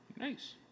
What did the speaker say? Nice